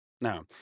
Now